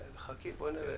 חכי, בואי נראה.